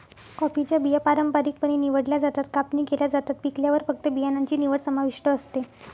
कॉफीच्या बिया पारंपारिकपणे निवडल्या जातात, कापणी केल्या जातात, पिकल्यावर फक्त बियाणांची निवड समाविष्ट असते